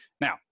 now